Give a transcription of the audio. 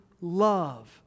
love